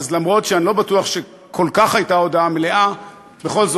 אף שאני לא בטוח שהייתה הודאה מלאה כל כך,